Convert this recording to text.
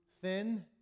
thin